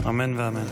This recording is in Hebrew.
אמן ואמן.